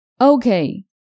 Okay